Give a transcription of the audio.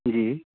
جی